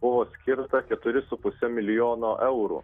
buvo skirta keturi su puse milijono eurų